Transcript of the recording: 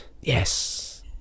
Yes